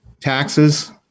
taxes